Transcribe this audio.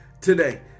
today